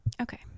okay